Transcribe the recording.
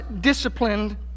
disciplined